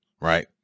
right